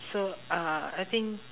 so uh I think